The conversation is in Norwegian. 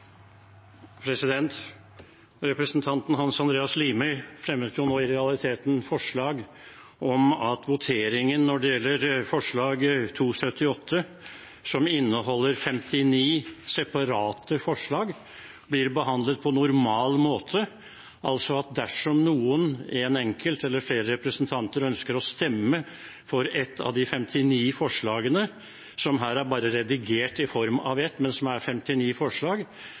President! Det er til det som presidenten nå sa. Representanten Carl I. Hagen har bedt om ordet. Representanten Hans Andreas Limi fremmet nå i realiteten et forslag om at voteringen over forslag nr. 278, som inneholder 59 separate forslag, blir behandlet på normal måte, altså at dersom noen – én enkelt eller flere representanter – ønsker å stemme for ett av de 59 forslagene som her er redigert til ett forslag, men som